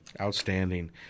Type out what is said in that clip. Outstanding